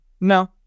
No